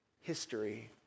history